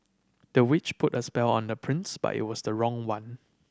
the witch put a spell on the prince but it was the wrong one